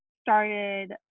started